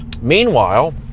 Meanwhile